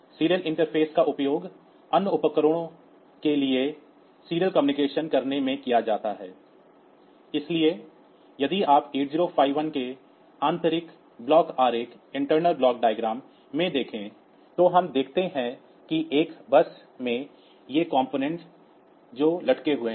serial interface का उपयोग अन्य उपकरणों के लिए क्रमिक संचार करने में किया जाता है इसलिए यदि आप 8051 के आंतरिक ब्लॉक आरेख में देखें तो हम देखते हैं कि एक बस में ये ऐसे घटक हैं जो लटके हुए हैं